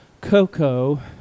Coco